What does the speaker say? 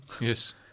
Yes